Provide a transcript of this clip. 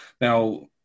Now